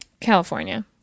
California